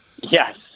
Yes